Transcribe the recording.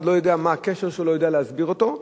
לא יודע מה הקשר שלו ולא יודע להסביר אותו.